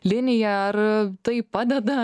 linija ar tai padeda